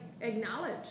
acknowledge